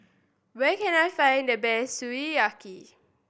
where can I find the best Sukiyaki